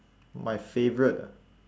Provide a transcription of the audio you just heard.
my favourite ah